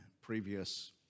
previous